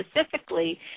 specifically